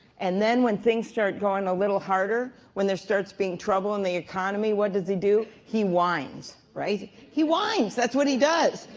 and then when things start going a little harder, when there starts being trouble in the economy, what does he do? he wins, right? he wins. that's what he does.